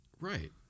Right